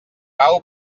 pau